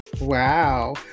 Wow